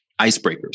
icebreakers